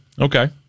Okay